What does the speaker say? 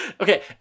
okay